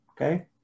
Okay